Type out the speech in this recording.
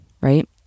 right